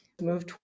move